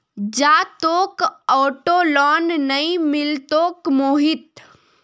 जा, तोक auto loan नइ मिलतोक मोहित